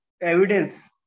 evidence